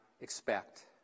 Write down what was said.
expect